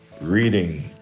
reading